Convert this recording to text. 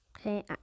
Okay